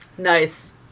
nice